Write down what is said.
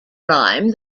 rhyme